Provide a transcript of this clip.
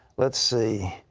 lets see,